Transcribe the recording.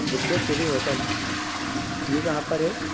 Vidyashree hotel ये कहाँ पर है